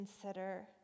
consider